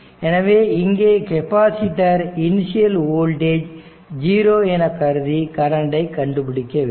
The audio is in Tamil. எனவே இங்கே கெப்பாசிட்டர் இனிஷியல் வோல்டேஜ் 0 என கருதி கரண்டை கண்டுபிடிக்க வேண்டும்